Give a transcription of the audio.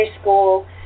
school